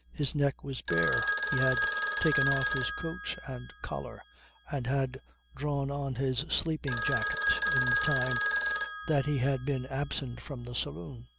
his neck was bare he had taken off his coat and collar and had drawn on his sleeping jacket in the time that he had been absent from the saloon.